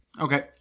Okay